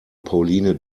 pauline